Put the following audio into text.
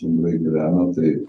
stumbrai gyvena tai